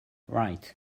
right